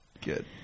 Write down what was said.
Good